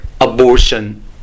abortion